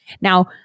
Now